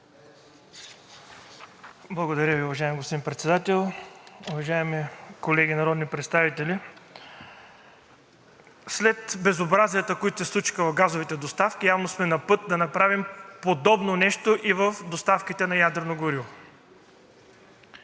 Благодаря Ви, уважаеми господин Председател. Уважаеми колеги народни представители! След безобразията, които се случиха с газовите доставки, явно сме напът да направим подобно нещо и в доставките на ядрено гориво.